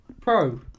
pro